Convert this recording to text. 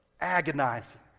agonizing